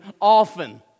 often